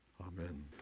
Amen